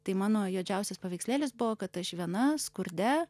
tai mano juodžiausias paveikslėlis buvo kad aš viena skurde